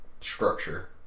structure